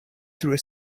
through